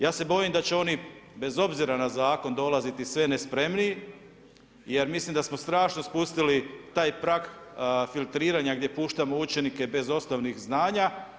Ja se bojim da će oni, bez obzira na Zakon dolaziti sve nespremniji jer mislim da smo strašno spustili taj prag filtriranja gdje puštamo učenike bez osnovnih znanja.